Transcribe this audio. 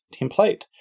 template